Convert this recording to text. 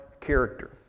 character